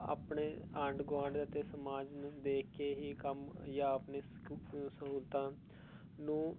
ਆਪਣੇ ਆਂਡ ਗੁਆਂਡ ਅਤੇ ਸਮਾਜ ਨੂੰ ਦੇਖ ਕੇ ਹੀ ਕੰਮ ਜਾਂ ਆਪਣੇ ਸਹੂਲਤਾਂ ਨੂੰ